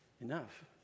enough